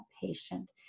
patient